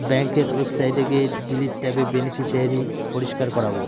ব্যাঙ্কের ওয়েবসাইটে গিয়ে ডিলিট ট্যাবে বেনিফিশিয়ারি পরিষ্কার করাবো